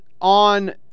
on